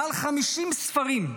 מעל 50 ספרים,